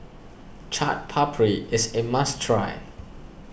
Chaat Papri is a must try